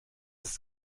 ist